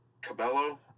Cabello